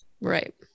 Right